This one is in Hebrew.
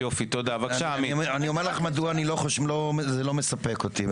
אני אגיד לך מדוע זה לא מספק אותי.